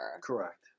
Correct